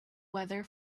weather